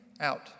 out